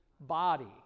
body